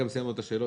גם סיימנו את השאלות.